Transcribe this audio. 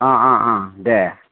दे